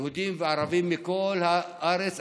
יהודים וערבים מכל הארץ,